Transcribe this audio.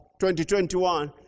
2021